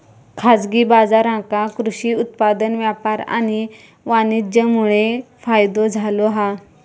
खाजगी बाजारांका कृषि उत्पादन व्यापार आणि वाणीज्यमुळे फायदो झालो हा